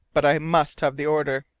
but i must have the order.